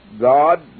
God